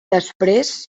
després